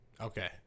Okay